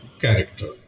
character